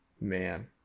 Man